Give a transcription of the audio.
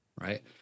right